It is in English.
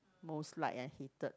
most liked and hated